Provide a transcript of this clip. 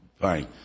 fine